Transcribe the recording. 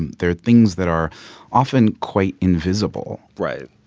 and they are things that are often quite invisible right.